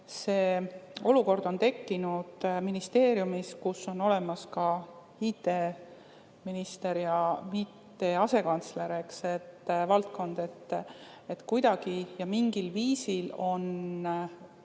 see olukord on tekkinud ministeeriumis, kus on olemas ka IT‑minister ja IT‑asekantsler, see valdkond on seal. Kuidagi ja mingil viisil